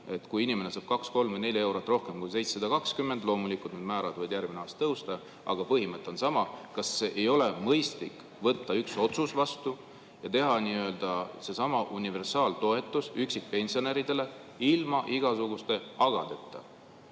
et kui inimene saab kaks, kolm või neli eurot rohkem kui 720 … Loomulikult need määrad võivad järgmisel aastal tõusta, aga põhimõte on sama. Kas ei ole mõistlik võtta üks otsus vastu ja teha seesama universaaltoetus üksikpensionäridele ilma igasuguste agadeta,